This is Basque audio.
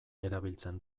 erabiltzen